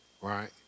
Right